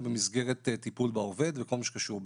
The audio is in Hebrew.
ובמסגרת טיפול בעובד וכל מה שקשור לזה,